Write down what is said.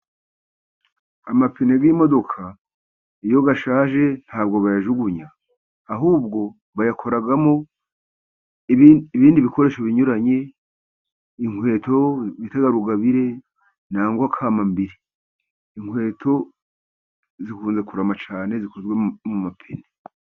Amapine y'imodoka iyo ashaje nta bwo bayajugunya. Ahubwo bayakoramo ibindi bikoresho binyuranye, inkweto za rugarugobire nangwa kamambiri. Inkweto zikunze kurama cyane zikozwe mu mapine.